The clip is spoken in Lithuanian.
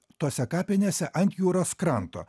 tose kapinėse ant jūros kranto